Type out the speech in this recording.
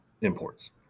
imports